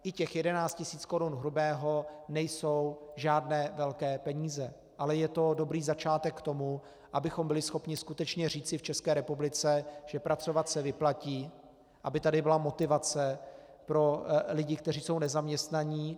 I těch 11 000 korun hrubého nejsou žádné velké peníze, ale je to dobrý začátek k tomu, abychom byli skutečně schopni říci v České republice, že pracovat se vyplatí, aby tady byla motivace pro lidi, kteří jsou nezaměstnaní.